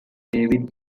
david